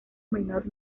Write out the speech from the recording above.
menor